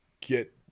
get